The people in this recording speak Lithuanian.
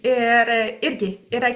ir irgi yra